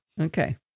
Okay